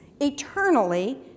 eternally